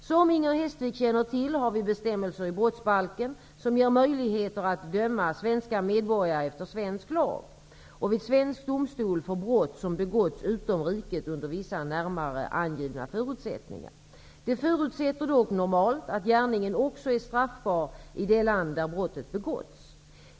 Som Inger Hestvik känner till har vi bestämmelser i brottsbalken som ger möjligheter att döma svenska medborgare efter svensk lag och vid svensk domstol för brott som begåtts utom riket under vissa närmare angivna förutsättningar. Det förutsätter dock normalt att gärningen också är straffbar i det land där brottet begåtts.